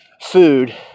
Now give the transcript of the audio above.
food